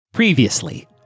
Previously